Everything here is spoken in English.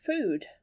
food